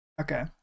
Okay